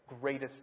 greatest